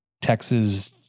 Texas